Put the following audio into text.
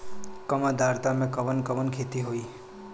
कम आद्रता में कवन कवन खेती होई?